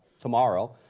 tomorrow